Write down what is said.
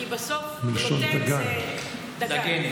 כי בסוף, גלוטן זה דגן.